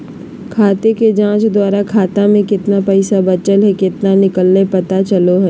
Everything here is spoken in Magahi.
खाते के जांच द्वारा खाता में केतना पैसा बचल हइ केतना निकलय पता चलो हइ